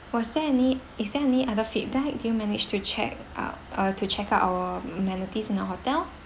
was there any is there any other feedback did you manage to check uh uh to check out our amenities in the hotel